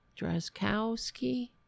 Drazkowski